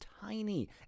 tiny